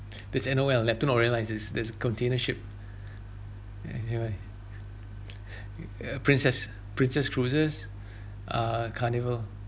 that's N_O_L neptune orient lines is is container ship anywhere uh princess princess cruises ah carnival